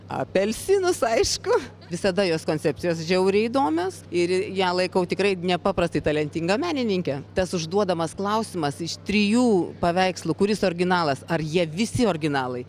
apelsinus aišku visada jos koncepcijos žiauriai įdomios ir ją laikau tikrai nepaprastai talentinga menininke tas užduodamas klausimas iš trijų paveikslų kuris originalas ar jie visi originalai